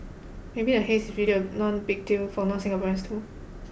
maybe the haze is really a none big deal for non Singaporeans too